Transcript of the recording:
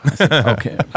okay